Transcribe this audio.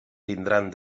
tindran